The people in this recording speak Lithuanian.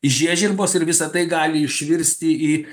žiežirbos ir visa tai gali išvirsti į